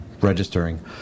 registering